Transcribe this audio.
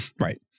Right